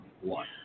One